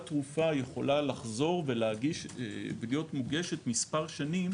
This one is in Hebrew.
תרופה יכולה לחזור ולהיות מוגשת מספר שנים